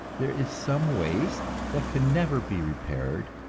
there is some waste that can never be repaired,